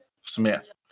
Smith